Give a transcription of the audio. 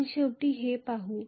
आपण शेवटी ते पाहू